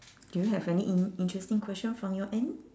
do you have any in~ interesting question from your end